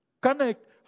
connect